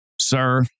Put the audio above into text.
sir